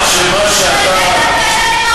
כשהכיבוש יסתיים,